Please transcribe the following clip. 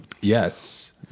Yes